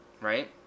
Right